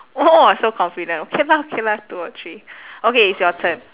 !wah! so confident okay lah K lah two or three okay it's your turn